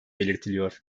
belirtiliyor